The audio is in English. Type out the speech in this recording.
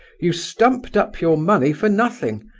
you stumped up your money for nothing,